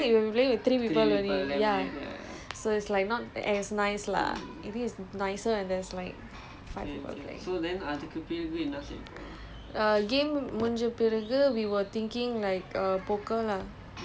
that kind of thing lah so this is the first time we are gonna play with like actual five people for so long we have been playing with three people only ya so it's like not as nice lah it is nicer when there's like five people right